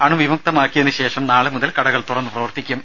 അണുവിമുക്തമാക്കിയതിന് ശേഷം നാളെ മുതൽ കടകൾ തുറന്നു പ്രവർത്തിക്കും